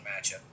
matchup